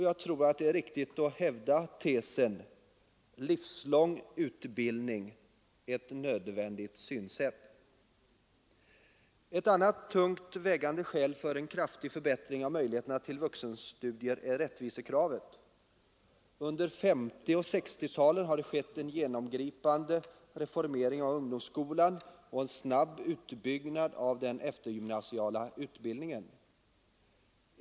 Jag tror det är riktigt att hävda tesen: Livslång utbildning — ett nödvändigt synsätt. Ett annat tungt vägande skäl för en kraftig förbättring av möjligheterna till vuxenstudier är rättvisekravet. Under 1950 och 1960-talen har det skett en genomgripande reformering av ungdomsskolan och en snabb utbyggnad av den eftergymnasiala utbildningen.